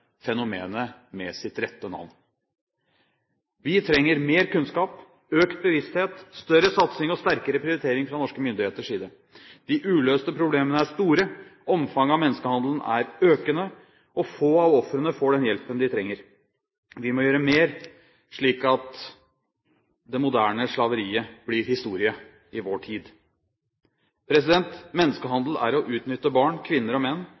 fenomenet ved dets rette navn. Vi trenger mer kunnskap, økt bevissthet, større satsing og sterkere prioritering fra norske myndigheters side. De uløste problemene er store. Omfanget av menneskehandelen er økende, og få av ofrene får den hjelpen de trenger. Vi må gjøre mer, slik at det moderne slaveriet blir historie i vår tid. Menneskehandel er å utnytte barn, kvinner og menn